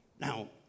Now